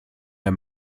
der